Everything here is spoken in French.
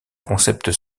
concept